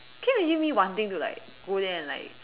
can you imagine me wanting to like go there and like